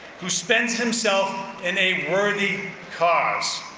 who spends himself in a worthy cause.